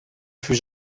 fut